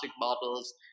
bottles